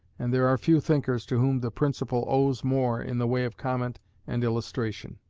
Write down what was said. and there are few thinkers to whom the principle owes more in the way of comment and illustration.